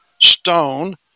stone